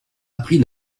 appris